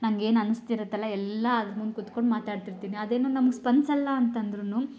ನಂಗೆ ಏನು ಅನ್ನಿಸ್ತಿರುತ್ತಲ್ಲ ಎಲ್ಲ ಅದ್ರ ಮುಂದೆ ಕೂತ್ಕೊಂಡು ಮಾತಾಡ್ತಿರ್ತೀನಿ ಅದೇನು ನಮ್ಗೆ ಸ್ಪಂದ್ಸೋಲ್ಲ ಅಂತ ಅಂದ್ರುನು